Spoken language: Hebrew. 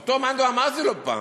אותו מאן דהוא אמרתי לו פעם,